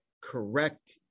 correct